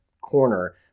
corner